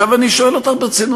עכשיו אני שואל אותך ברצינות,